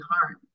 harm